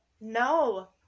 No